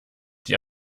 die